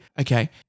okay